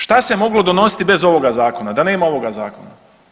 Šta se moglo donositi bez ovoga zakona, da nema ovoga zakona?